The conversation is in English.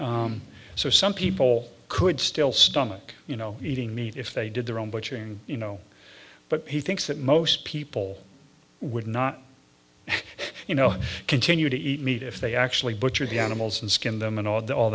butchery so some people could still stomach you know eating meat if they did their own but you're saying you know but he thinks that most people would not you know continue to eat meat if they actually butchered the animals and skin them and all the all